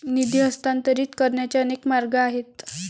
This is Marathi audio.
निधी हस्तांतरित करण्याचे अनेक मार्ग आहेत